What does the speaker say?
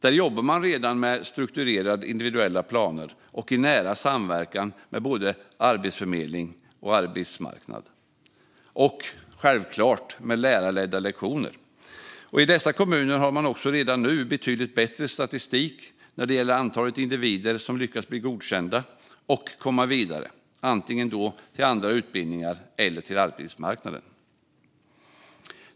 Där jobbar man redan med strukturerade individuella planer och i nära samverkan med både arbetsförmedling och arbetsmarknad - och självklart med lärarledda lektioner. I dessa kommuner har man också redan nu betydligt bättre statistik när det gäller antalet individer som har lyckats bli godkända och kommit vidare, antingen till andra utbildningar eller till arbetsmarknaden.